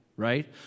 right